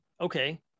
okay